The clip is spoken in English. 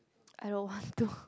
I don't want to